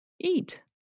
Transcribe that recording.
eat